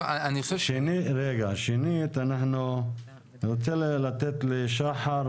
שנית, אני רוצה לתת לשחר